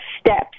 steps